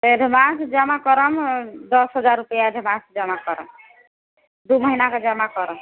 advance जमा करयमे दस हजार रुपैआ जमा करब दू महीनाके जमा करब